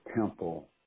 temple